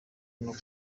aho